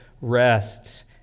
rest